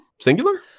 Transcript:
Singular